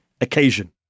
occasion